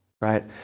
right